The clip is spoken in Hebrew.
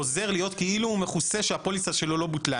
חוזר להיות כאילו הוא מכוסה שהפוליסה שלו לא בוטלה,